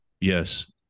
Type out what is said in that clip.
yes